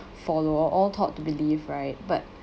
follow all taught to believe right but